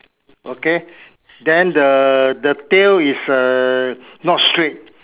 okay then the the tail is err not straight